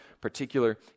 particular